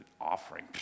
offering